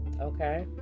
Okay